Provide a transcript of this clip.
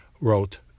wrote